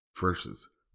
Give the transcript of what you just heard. versus